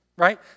right